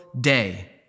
day